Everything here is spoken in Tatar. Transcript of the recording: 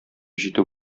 җитү